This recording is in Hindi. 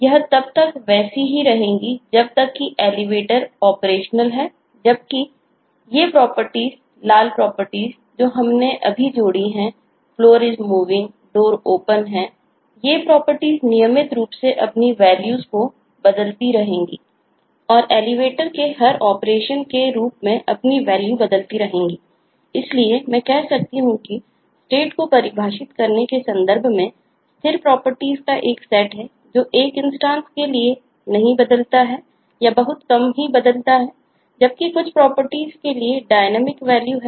यह तब तक वैसा ही रहेगा जब तक कि Elevator ऑपरेशनल हैं जो नियमित रूप से बदलती हैं